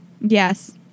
Yes